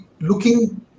looking